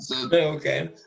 Okay